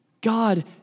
God